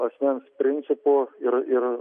asmens principu ir ir